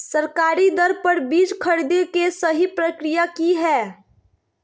सरकारी दर पर बीज खरीदें के सही प्रक्रिया की हय?